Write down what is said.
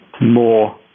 more